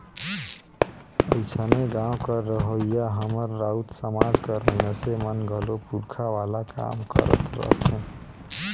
अइसने गाँव कर रहोइया हमर राउत समाज कर मइनसे मन घलो पूरखा वाला काम करत रहथें